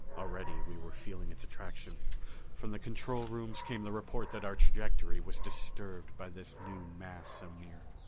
already we were feeling its attraction from the control rooms came the report that our trajectory was disturbed by this new mass so near.